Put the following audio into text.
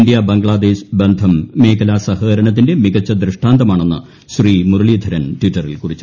India Bangladesh ബന്ധം മേഖലാ സഹകരണത്തിന്റെ മികച്ച ദൃഷ്ടാന്തമാണെന്ന് ശ്രീ മുരളീധരൻ ടിറ്ററിൽ കുറിച്ചു